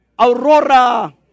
Aurora